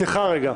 סליחה רגע,